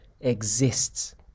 exists